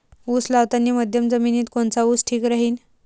उस लावतानी मध्यम जमिनीत कोनचा ऊस ठीक राहीन?